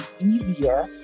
easier